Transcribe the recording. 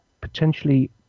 potentially